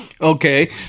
Okay